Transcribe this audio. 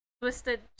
twisted